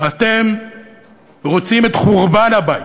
אתם רוצים את חורבן הבית,